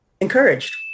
encouraged